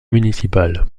municipal